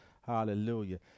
Hallelujah